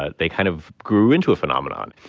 ah they kind of grew into a phenomenon.